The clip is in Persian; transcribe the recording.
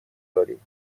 داریم